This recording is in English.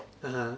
(uh huh)